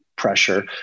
pressure